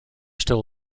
still